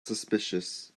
suspicious